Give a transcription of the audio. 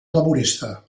laborista